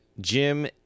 Jim